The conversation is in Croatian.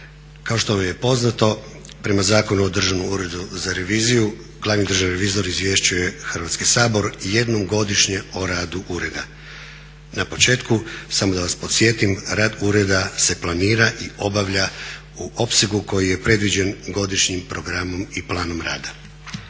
Kao što je poznato prema Zakonu o Državnom uredu za reviziju glavni državni revizor izvješćuje Hrvatski sabor jednom godišnje o radu ureda. Na početku, samo da vas podsjetim, rad ureda se planira i obavlja u opsegu koji je predviđen godišnjim programom i planom rada.